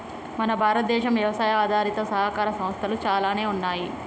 మన భారతదేనం యవసాయ ఆధారిత సహకార సంస్థలు చాలానే ఉన్నయ్యి